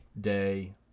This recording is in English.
day